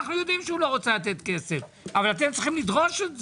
אנחנו יודעים שהוא לא רוצה לתת כסף אבל אתם צריכים לדרוש את זה.